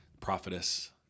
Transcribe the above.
prophetess